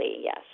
yes